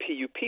PUP